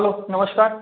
hello નમસ્કાર